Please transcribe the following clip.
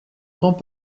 grands